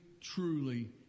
truly